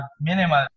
minimal